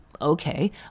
Okay